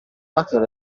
hacker